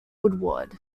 woodward